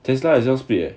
tesla I just bid leh